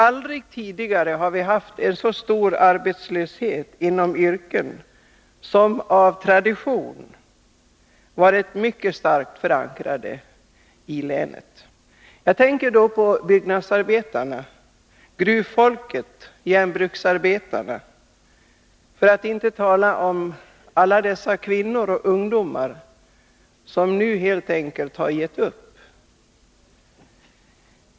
Aldrig tidigare har vi haft så stor arbetslöshet inom yrken som av tradition varit mycket starkt förankrade i länet. Jag tänker då på både byggnadsarbetare, gruvfolket och järnbruksarbetare, för att inte tala om alla dessa kvinnor och ungdomar som nu helt enkelt har gett upp.